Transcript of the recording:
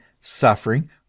suffering